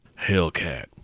Hellcat